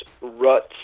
ruts